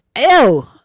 Ew